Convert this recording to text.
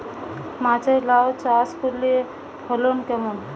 মাচায় লাউ চাষ করলে ফলন কেমন?